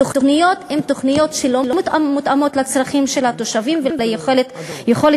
התוכניות לא מותאמות לצרכים של התושבים וליכולת